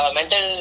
mental